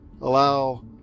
allow